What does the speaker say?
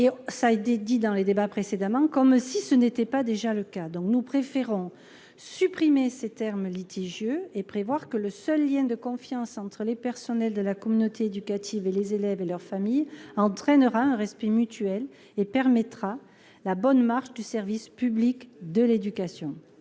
d'exemplarité et d'engagement, comme si ce n'était pas déjà le cas ! Par conséquent, nous préférons supprimer ces termes litigieux et prévoir que le seul lien de confiance entre les personnels de la communauté éducative, les élèves et leurs familles entraînera un respect mutuel et permettra la bonne marche du service public de l'éducation.